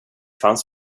fanns